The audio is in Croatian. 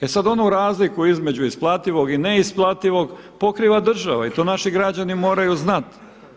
E sad onu razliku između isplativog i neisplativog pokriva država i to naši građani moraju znati.